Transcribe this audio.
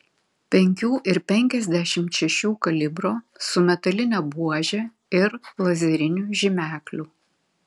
penkių ir penkiasdešimt šešių kalibro su metaline buože ir lazeriniu žymekliu